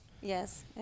Yes